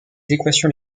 équations